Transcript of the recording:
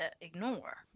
ignore